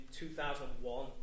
2001